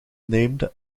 named